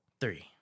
Three